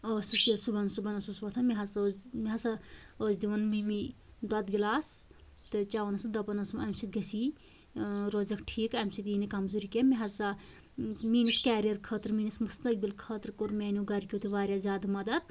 ٲسۍ بہٕ صُبحن ٲسٕس وۄتھان مےٚ ہسا اوس ٲسۍ دِوان مِمی دۄد گِلاس تہٕ چٮ۪وان ٲسٕس دَپان ٲسٕم اَمہِ سۭتۍ گژھِ یہِ روزیکھ ٹھیٖک تہٕ اَمہِ سۭتۍ یہِ نہٕ کَمزوٗری کیٚنہہ مےٚ ہسا میٲنِس کیریَر خٲطرٕ میٲنِس تٔعبیت خٲطرٕ کوٚر میٲنیو گرِکیو تہِ واریاہ زیادٕ مدتھ